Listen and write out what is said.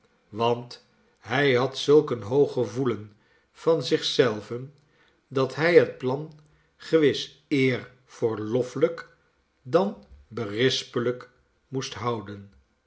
want hij had zulk een hoog gevoelen van zich zelven dat hij het plan gewis eer voor loffelijk dan berispelijk moest houden